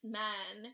men